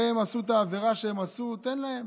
הרי הם עשו את העבירה שהם עשו, תן להם.